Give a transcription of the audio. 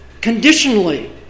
conditionally